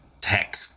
tech